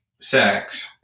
sex